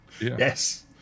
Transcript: Yes